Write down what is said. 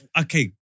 Okay